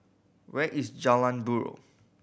where is Jalan Buroh